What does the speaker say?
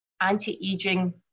anti-aging